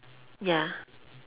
ya